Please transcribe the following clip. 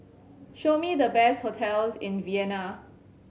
show me the best hotels in Vienna